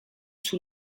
sous